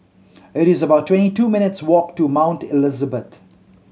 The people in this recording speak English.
it is about twenty two minutes' walk to Mount Elizabeth